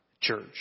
church